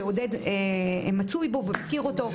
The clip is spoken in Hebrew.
שעודד מצוי בו ומכיר אותו.